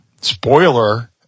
spoiler